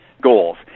goals